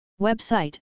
Website